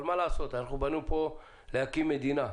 אבל מה לעשות, באנו לפה להקים מדינה,